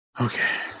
Okay